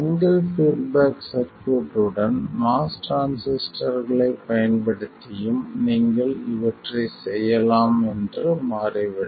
single feedback circuit உடன் MOS டிரான்சிஸ்டர்களைப் பயன்படுத்தியும் நீங்கள் இவற்றைச் செய்யலாம் என்று மாறிவிடும்